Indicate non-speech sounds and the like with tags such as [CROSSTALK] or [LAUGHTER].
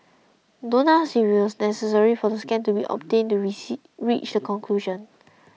don't ask if it was necessary for the scan to be obtained to [UNINTELLIGIBLE] reach the conclusion